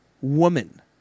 woman